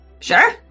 Sure